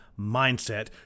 mindset